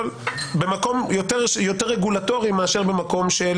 אבל במקום יותר רגולטורי מאשר במקום של